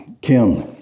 Kim